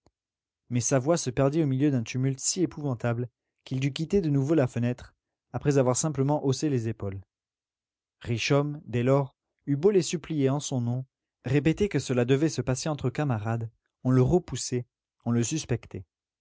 mais sa voix se perdit au milieu d'un tumulte si épouvantable qu'il dut quitter de nouveau la fenêtre après avoir simplement haussé les épaules richomme dès lors eut beau les supplier en son nom répéter que cela devait se passer entre camarades on le repoussait on le suspectait